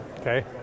okay